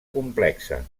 complexa